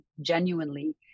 genuinely